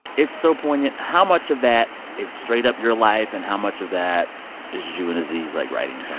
it's so poignant. how much of that is straight-up your life, and how much of that is you and aziz, like, writing so